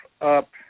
up